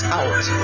out